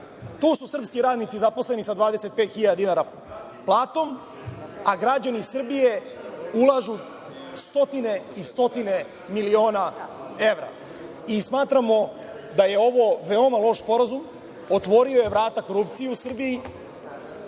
su srpski radnici zaposleni sa 25.000 dinara platom, a građani Srbije ulažu stotine i stotine miliona evra. Smatramo da je ovo veoma loš sporazum. Otvorio je vrata korupciji u Srbiji,